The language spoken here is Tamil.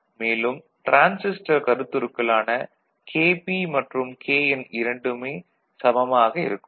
மேலும் டிரான்சிஸ்டர் கருத்துருக்களான kp மற்றும் kn இரண்டுமே சமமாக இருக்கும்